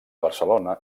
barcelona